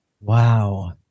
Wow